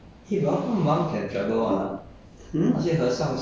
I didn't go there lah but I heard that as well